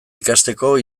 ikasteko